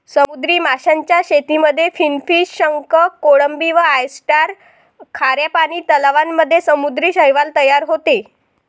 समुद्री माशांच्या शेतीमध्ये फिनफिश, शंख, कोळंबी व ऑयस्टर, खाऱ्या पानी तलावांमध्ये समुद्री शैवाल तयार होते